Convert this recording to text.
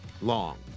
long